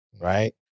right